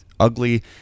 ugly